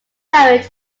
poet